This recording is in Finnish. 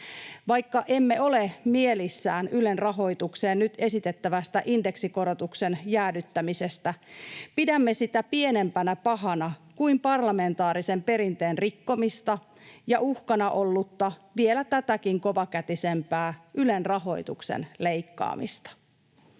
Vaikka emme ole mielissämme Ylen rahoitukseen nyt esitettävästä indeksikorotuksen jäädyttämisestä, pidämme sitä pienempänä pahana kuin parlamentaarisen perinteen rikkomista ja uhkana ollutta vielä tätäkin kovakätisempää Ylen rahoituksen leikkaamista.